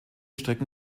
strecken